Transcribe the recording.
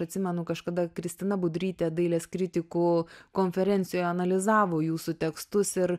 atsimenu kažkada kristina budrytė dailės kritikų konferencijoj analizavo jūsų tekstus ir